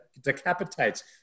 decapitates